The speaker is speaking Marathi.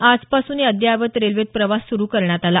आजपासून या अद्ययावत रेल्वेत प्रवास सुरु करण्यात आला